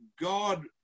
God